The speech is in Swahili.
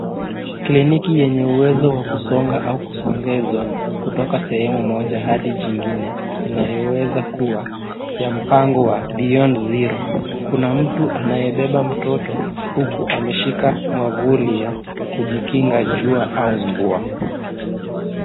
Kliniki yenye uwezo wa kusonga au kusogezwa, kutoka sehemu moja hadi jingine, inayoweza kuwa ya mpango wa beyond zero . Kuna mtu anayebeba mtoto, huku ameshika mwavuli ya kujikinga jua, au mvua.